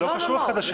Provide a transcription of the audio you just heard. זה לא קשור אחד לשני.